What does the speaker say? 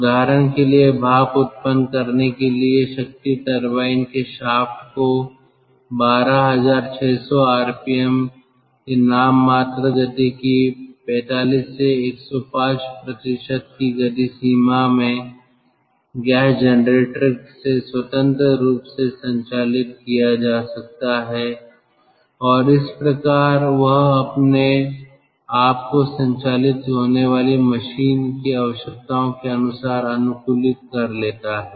उदाहरण के लिए भाप उत्पन्न करने के लिए शक्ति टरबाइन के शाफ्ट को 12600 आरपीएम की नाममात्र गति की 45 से 105 की गति सीमा में गैस जनरेटर से स्वतंत्र रूप से संचालित किया जा सकता है और इस प्रकार वह अपने आप को संचालित होने वाली मशीन की आवश्यकताओं के अनुसार अनुकूलित कर लेता है